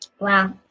Wow